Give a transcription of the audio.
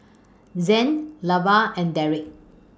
Zaid Lavar and Deric